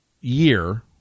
year